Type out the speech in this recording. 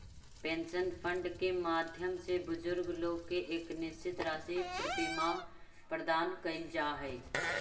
pension fund के माध्यम से बुजुर्ग लोग के एक निश्चित राशि प्रतिमाह प्रदान कैल जा हई